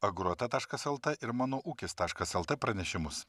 agro eta taškas lt ir mano ūkis taškas lt pranešimus